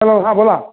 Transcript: hello हा बोला